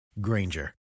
Granger